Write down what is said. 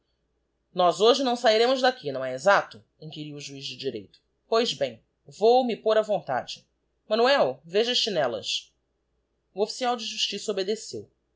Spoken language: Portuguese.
nós hoje não sahiremos d'aqui não é exacto inquiriu o juiz de direito pois bem vou me pôr á vontade manoel veja as chinellas o ofíicial de justiça obedeceu